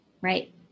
Right